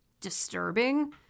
disturbing